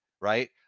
right